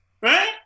Right